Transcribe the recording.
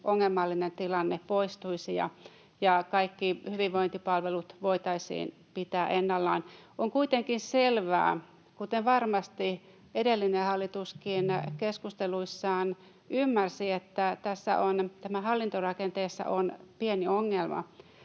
ongelmallinen tilanne poistuisi ja kaikki hyvinvointipalvelut voitaisiin pitää ennallaan. On kuitenkin selvää, kuten varmasti edellinenkin hallitus keskusteluissaan ymmärsi, että hallintorakenteessa on pieni ongelma